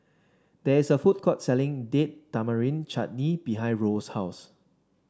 there is a food court selling Date Tamarind Chutney behind Roel's house